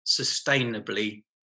sustainably